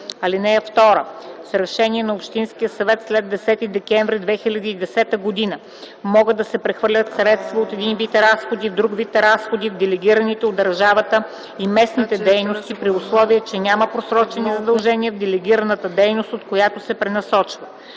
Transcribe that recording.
(2) С решение на общинския съвет след 10 декември 2010 г. могат да се прехвърлят средства от един вид разходи в друг вид разходи в делегираните от държавата и местните дейности, при условие че няма просрочени задължения в делегираната дейност, от която се пренасочват.”